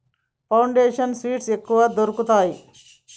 Foundation seeds ఎక్కడ దొరుకుతాయి?